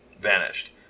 vanished